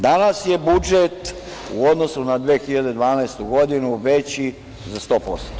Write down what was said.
Danas je budžet u odnosu na 2012. godinu veći za 100%